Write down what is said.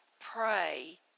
pray